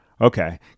Okay